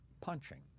punching